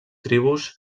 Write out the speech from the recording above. tribus